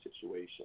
situation